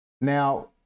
Now